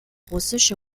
russische